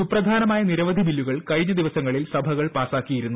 സുപ്രധാനമായ നിരവധി ബില്ലുകൾ കഴിഞ്ഞ ദിവസങ്ങളിൽ സഭകൾ പാസാക്കിയിരുന്നു